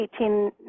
18